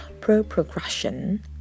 pro-progression